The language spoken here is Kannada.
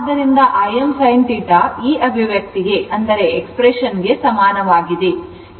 ಆದ್ದರಿಂದ Im sinθ ಈ ಅಭಿವ್ಯಕ್ತಿಗೆ ಸಮಾನವಾಗಿದೆ